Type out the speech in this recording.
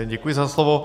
Děkuji za slovo.